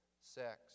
sex